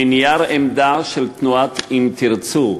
מנייר עמדה של תנועת "אם תרצו",